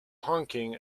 honking